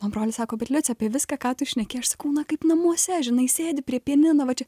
o brolis sako bet liucija apie viską ką tu šneki aš sakau na kaip namuose žinai sėdi prie pianino va čia